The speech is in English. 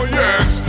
yes